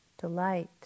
delight